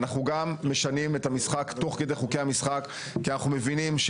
אנחנו גם משנים את המשחק תוך כדי חוקי המשחק כי אנחנו מבינים,